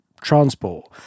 transport